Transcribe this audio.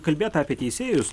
kalbėta apie teisėjus